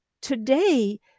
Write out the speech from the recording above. today